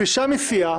""פרישה מסיעה"